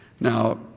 Now